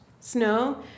snow